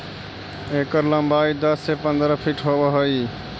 एकर लंबाई दस से पंद्रह फीट होब हई